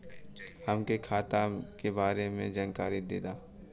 हमके खाता के बारे में जानकारी देदा?